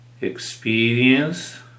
experience